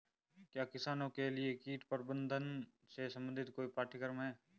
क्या किसानों के लिए कीट प्रबंधन से संबंधित कोई पाठ्यक्रम है?